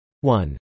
one